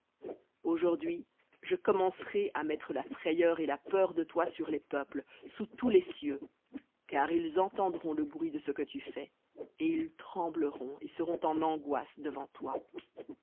aujourd'hui je commencerai à mettre la frayeur et la peur de toi sur les peuples sous tous les cieux car ils entendront le bruit de ce que tu fais et ils trembleront et seront en angoisse devant toi